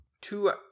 two